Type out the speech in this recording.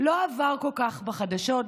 לא עבר כל כך בחדשות,